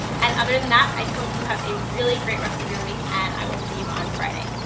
and other than that, i hope you have a really great rest of your week and i will see you on friday.